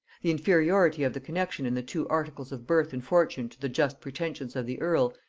the inferiority of the connexion in the two articles of birth and fortune to the just pretensions of the earl,